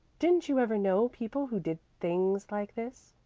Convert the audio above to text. didn't you ever know people who did things like this?